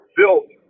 built